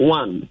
one